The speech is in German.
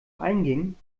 einging